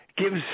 gives